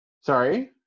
Sorry